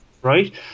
Right